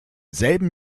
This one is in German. selben